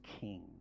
king